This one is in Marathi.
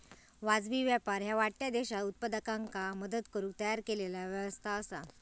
वाजवी व्यापार ह्या वाढत्या देशांत उत्पादकांका मदत करुक तयार केलेला व्यवस्था असा